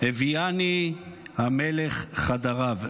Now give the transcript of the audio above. "הביאני המלך חדריו".